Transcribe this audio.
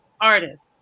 artist